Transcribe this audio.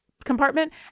compartment